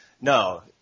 no